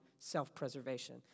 Self-preservation